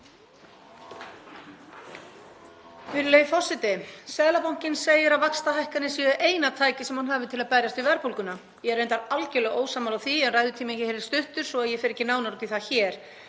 Virðulegi forseti. Seðlabankinn segir að vaxtahækkanir séu eina tækið sem hann hafi til að berjast við verðbólguna. Ég er reyndar algjörlega ósammála því en ræðutíminn er stuttur svo að ég fer ekki nánar út í það hér.